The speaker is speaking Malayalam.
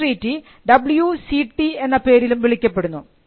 ഈ ട്രീറ്റി ഡബ്ലിയു സി ടി എന്ന പേരിലും വിളിക്കപ്പെടുന്നു